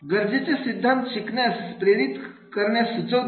गरजेचा सिद्धांत शिकण्यास प्रेरित करण्यास सुचवतो